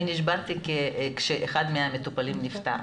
אני נשברתי כשאחד מהמטופלים נפטר.